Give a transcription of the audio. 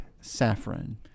saffron